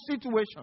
situation